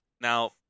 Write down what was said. Now